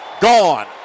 gone